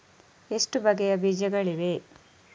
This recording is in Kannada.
ಎಷ್ಟು ಬಗೆಯ ಬೀಜಗಳಿವೆ?